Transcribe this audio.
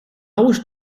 oes